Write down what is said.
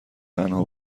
تنها